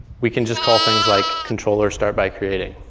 we can just call things like controller startbycreating,